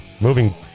Moving